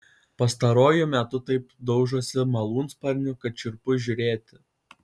pastaruoju metu taip daužosi malūnsparniu kad šiurpu žiūrėti